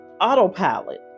autopilot